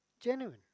genuine